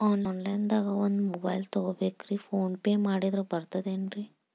Online ದಾಗ ಒಂದ್ mobile ತಗೋಬೇಕ್ರಿ ಫೋನ್ ಪೇ ಮಾಡಿದ್ರ ಬರ್ತಾದೇನ್ರಿ?